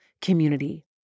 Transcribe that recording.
community